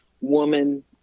woman